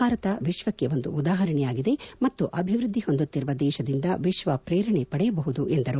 ಭಾರತ ವಿಶ್ಲಕ್ಲೆ ಒಂದು ಉದಾಹರಣೆಯಾಗಿದೆ ಮತ್ತು ಅಭಿವೃದ್ದಿ ಹೊಂದುತ್ತಿರುವ ದೇಶದಿಂದ ವಿಶ್ವ ಪ್ರೇರಣೆ ಪಡೆಯಬಹುದು ಎಂದರು